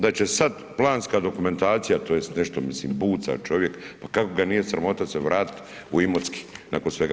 Da će sad planska dokumentacija, tj. nešto mislim bunca čovjek, pa kako ga nije sramota se vratit u Imotski nakon svega.